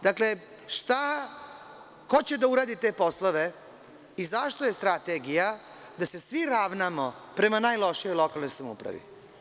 Dakle, ko će da uradi te poslove i zašto je strategija da se svi ravnamo prema najlošijoj lokalnoj samoupravi?